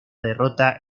derrota